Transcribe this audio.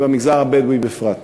ובמגזר הבדואי בפרט.